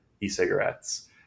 e-cigarettes